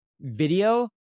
video